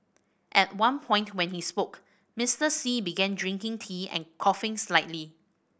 at one point when he spoke Mister Xi began drinking tea and coughing slightly